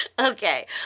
Okay